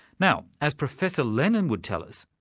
now, as professor lennon would tell us,